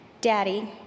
Daddy